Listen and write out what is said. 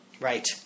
Right